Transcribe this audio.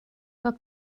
bod